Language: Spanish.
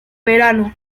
verano